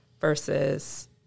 versus